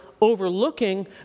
overlooking